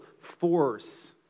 force